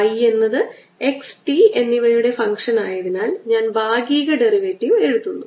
y എന്നത് x t എന്നിവയുടെ ഫംഗ്ഷനായതിനാൽ ഞാൻ ഭാഗിക ഡെറിവേറ്റീവ് എഴുതുന്നു